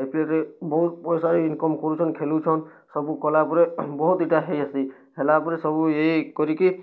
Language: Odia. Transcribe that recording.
ଆଇ ପି ଏଲ୍ ରେ ବହୁତ୍ ପଇସା ଇନ୍କମ୍ କରୁଛନ୍ ଖେଲୁଛନ୍ ସବୁ କଲାପରେ ବହୁତ୍ ଇ'ଟା ହେଇଯିସି ହେଲାପରେ ସବୁ ଏକ୍ କରିକି